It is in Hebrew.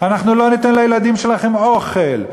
אנחנו לא ניתן לילדים שלכם אוכל,